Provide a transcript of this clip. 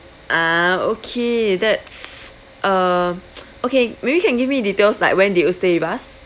ah okay that's uh okay maybe can give me details like when did you stay with us